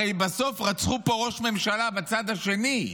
הרי בסוף רצחו פה ראש ממשלה בצד השני,